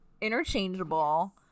interchangeable